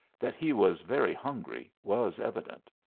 that he was very hungry was evident.